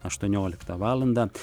aštuonioliktą valandą